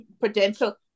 potential